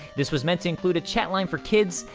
this was meant to include a chat line for kids,